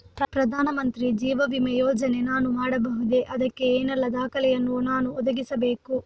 ಪ್ರಧಾನ ಮಂತ್ರಿ ಜೀವ ವಿಮೆ ಯೋಜನೆ ನಾನು ಮಾಡಬಹುದೇ, ಅದಕ್ಕೆ ಏನೆಲ್ಲ ದಾಖಲೆ ಯನ್ನು ನಾನು ಒದಗಿಸಬೇಕು?